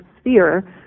sphere